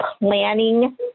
planning